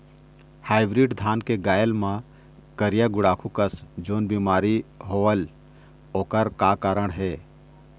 Hybrid धान के बायेल मां करिया गुड़ाखू कस जोन बीमारी होएल ओकर का कारण हे?